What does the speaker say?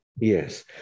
Yes